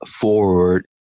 forward